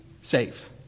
saved